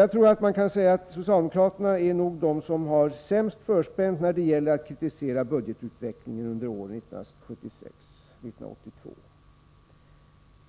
Jag tror att man kan säga att socialdemokraterna nog är de som har det sämst förspänt när det gäller att kritisera budgetutvecklingen under åren